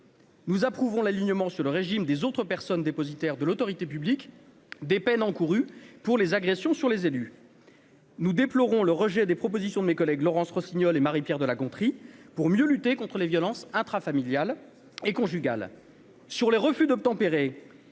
Nous approuvons l'alignement sur le régime des autres personnes dépositaires de l'autorité publique des peines encourues pour les agressions sur les élus. Nous déplorons le rejet des propositions de mes collègues, Laurence Rossignol et Marie-Pierre de La Gontrie, pour mieux lutter contre les violences intrafamiliales et conjugales sur les refus d'obtempérer,